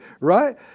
right